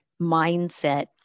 mindset